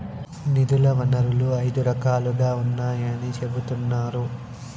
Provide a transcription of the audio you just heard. నిధుల వనరులు ఐదు రకాలుగా ఉన్నాయని చెబుతున్నారు